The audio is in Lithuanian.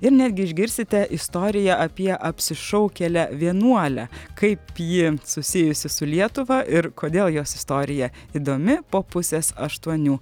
ir netgi išgirsite istoriją apie apsišaukėlę vienuolę kaip ji susijusi su lietuva ir kodėl jos istorija įdomi po pusės aštuonių